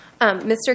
Mr